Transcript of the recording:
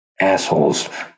Assholes